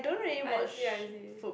I see I see